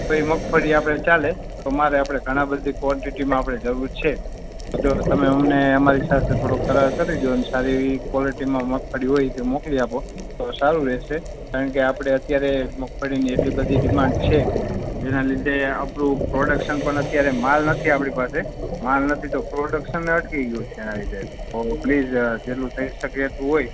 તો એ મગફળી આપણે ચાલે તો મારે આપણે ઘણાં બધી ક્વૉન્ટિટીમાં જરૂર છે તો જો તમે અમને અમારી સાથે થોડો કરાર કરી દો અને સારી એવી ક્વૉલિટીમાં મગફળી હોય એ મોકલી આપો તો સારું રહેશે કારણ કે આપણે અત્યારે મગફળીની એટલી બધી ડીમાંડ છે જેના લીધે આપણું પ્રોડક્શન પણ અત્યારે માલ નથી આપણી પાસે માલ નથી તો પ્રોડક્શન અટકી ગયું છે એના લીધે તો પ્લીઝ જેટલું થઇ શકે એટલું હોય